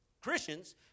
Christians